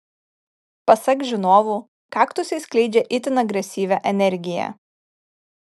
pasak žinovų kaktusai skleidžia itin agresyvią energiją